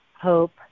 hope